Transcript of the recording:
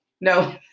no